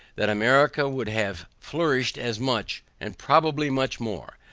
that america would have flourished as much, and probably much more,